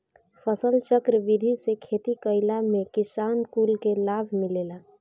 फसलचक्र विधि से खेती कईला में किसान कुल के लाभ मिलेला